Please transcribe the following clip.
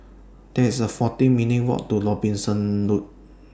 There IS A forty minutes' Walk to Robinson Road